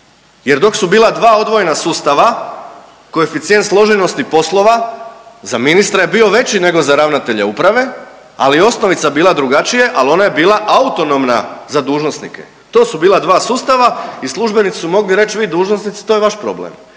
jer dok su bila dva odvojena sustava koeficijent složenosti poslova za ministra je bio veći nego za ravnatelja uprave, ali je osnovica bila drugačije, ali ona je bila autonomna za dužnosnike. To su bila dva sustava i službenici su mogli reći, vi dužnosnici to je vaš problem.